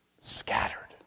scattered